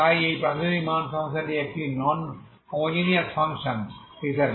তাই এই প্রাথমিক মান সমস্যাটি একটি নন হোমোজেনিয়াস ফাংশন হিসাবে